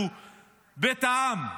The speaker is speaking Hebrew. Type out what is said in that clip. הוא בית העם,